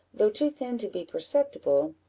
though too thin to be perceptible,